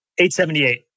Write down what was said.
878